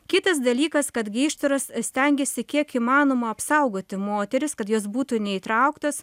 kitas dalykas kad geištoras stengėsi kiek įmanoma apsaugoti moteris kad jos būtų neįtrauktos